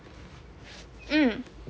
mm